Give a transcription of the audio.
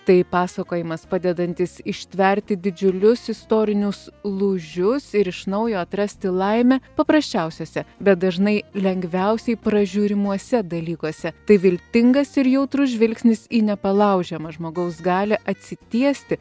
tai pasakojimas padedantis ištverti didžiulius istorinius lūžius ir iš naujo atrasti laimę paprasčiausiose bet dažnai lengviausiai pražiūrimuose dalykuose tai viltingas ir jautrus žvilgsnis į nepalaužiamą žmogaus galią atsitiesti